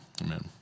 Amen